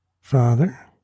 Father